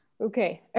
Okay